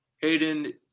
Hayden